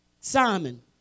Simon